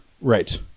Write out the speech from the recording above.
Right